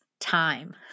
time